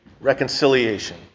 reconciliation